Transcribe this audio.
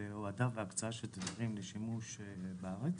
להורדה והקצאה של תדרים לשימוש בארץ,